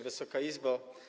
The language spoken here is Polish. Wysoka Izbo!